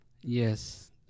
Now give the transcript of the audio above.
yes